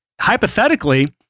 Hypothetically